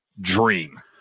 dream